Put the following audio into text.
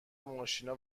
ماشینا